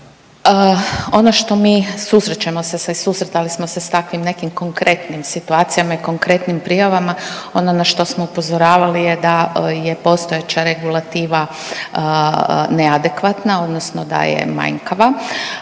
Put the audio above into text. Ono što mi susrećemo se i susretali smo sa takvim nekim konkretnim situacijama i konkretnim prijavama. Ono na što smo upozoravali je da je postojeća regulativa neadekvatna, odnosno da je manjkava,